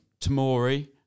Tamori